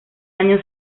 año